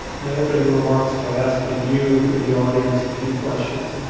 my opening remarks by asking you in the audience a few questions.